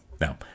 Now